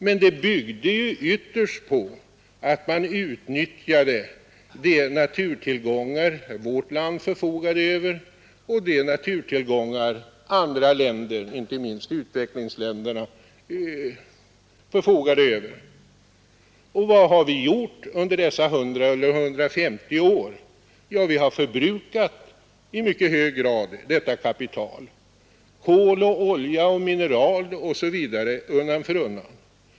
Men den byggde ytterst på att man utnyttjade de naturtillgångar som vårt land och andra länder, inte minst utvecklingsländerna, förfogade över. Och vad har vi gjort under dessa 100 eller 150 år? Jo, vi har i mycket hög grad undan Nr 144 för undan förbrukat det kapital som naturtillgångarna utgjort: kol, olja, Fredagen den mineraler och mycket annat.